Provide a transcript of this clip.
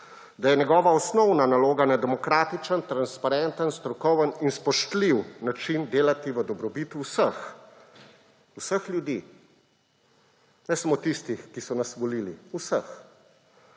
da je njegova osnovna naloga na demokratičen, transparenten, strokoven in spoštljiv način delati v dobrobit vseh; vseh ljudi, ne samo tistih, ki so nas volili. Vseh.